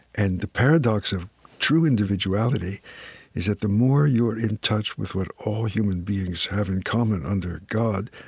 and the paradox of true individuality is that the more you are in touch with what all human beings have in common under god,